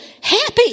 happy